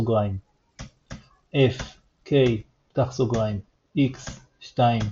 ⊕ F k ( x 2 )